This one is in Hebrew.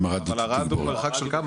אבל ערד הוא מרחק של כמה